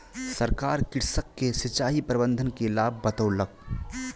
सरकार कृषक के सिचाई प्रबंधन के लाभ बतौलक